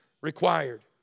required